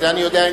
זה אני יודע,